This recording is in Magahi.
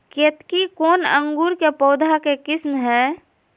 केतकी कौन अंकुर के पौधे का किस्म है?